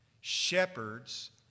Shepherds